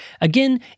Again